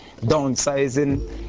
downsizing